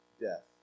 death